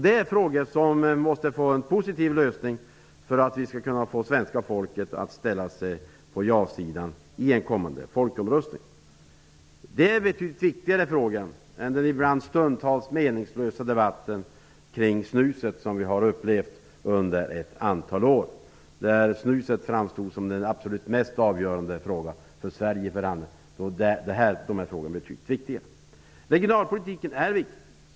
Det är frågor som måste få en positiv lösning för att vi skall kunna få svenska folket att ställa sig på ja-sidan i en kommande folkomröstning. Det är betydligt viktigare frågor än den stundtals meningslösa debatten kring snuset, som under ett antal år framstod som den absolut mest avgörande frågan för Sverige vid förhandlingarna. De här frågorna är betydligt viktigare. Regionalpolitiken är viktig.